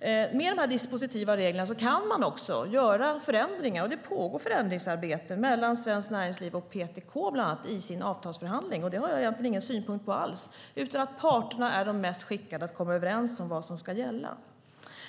Med dessa dispositiva regler kan man också göra förändringar, och det pågår ett förändringsarbete, bland annat mellan Svenskt Näringsliv och PTK i deras avtalsförhandling. Det har jag egentligen ingen synpunkt på alls. Parterna är de bäst skickade att komma överens om vad som ska gälla.